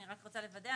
אני רק רוצה לוודא,